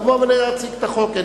לבוא ולהציג את החוק.